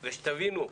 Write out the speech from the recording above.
ושתבינו,